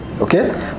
Okay